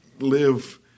live